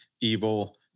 evil